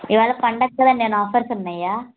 ఈవేళ పండక్కదండీ ఏమైనా ఆఫర్సు ఉన్నాయా